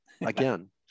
again